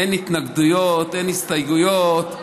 אין התנגדויות, אין הסתייגויות.